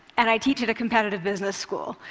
and i teach at a competitive business school,